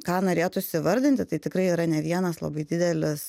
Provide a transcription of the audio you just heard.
ką norėtųsi įvardinti tai tikrai yra ne vienas labai didelis